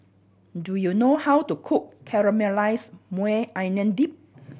do you know how to cook Caramelized Maui Onion Dip